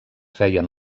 feien